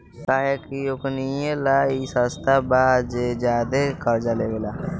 काहे कि ओकनीये ला ई सस्ता बा जे ज्यादे कर्जा लेवेला